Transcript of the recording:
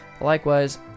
Likewise